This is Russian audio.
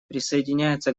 присоединяется